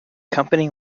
company